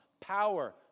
Power